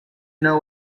know